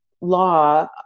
law